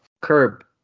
Curb